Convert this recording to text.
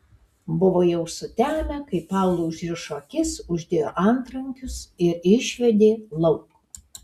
buvo jau sutemę kai paului užrišo akis uždėjo antrankius ir išvedė lauk